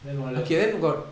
then what else